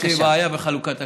יש לי בעיה בחלוקת הקשב.